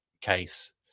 case